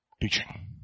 Teaching